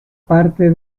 parte